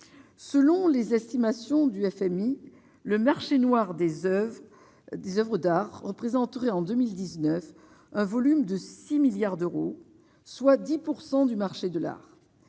selon les estimations du FMI, le marché noir des Oeuvres 10 Oeuvres d'art représenteraient en 2019 un volume de 6 milliards d'euros, soit 10 pourcent du marché de l'art,